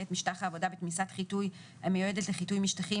את משטח העבודה בתמיסת חיטוי המיועדת לחיטוי משטחים,